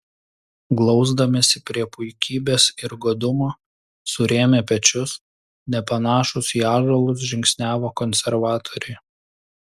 glausdamiesi prie puikybės ir godumo surėmę pečius nepanašūs į ąžuolus žingsniavo konservatoriai